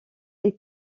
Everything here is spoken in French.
est